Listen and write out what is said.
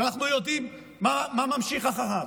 כשאנחנו יודעים מה ממשיך אחריו?